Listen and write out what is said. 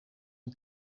een